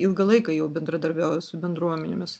ilgą laiką jau bendradarbiauja su bendruomenėmis